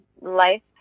life